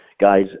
guys